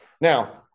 Now